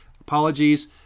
Apologies